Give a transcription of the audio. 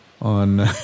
on